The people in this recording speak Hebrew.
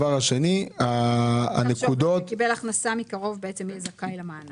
שמי שמקבל הכנסה מקרוב יהיה זכאי למענק.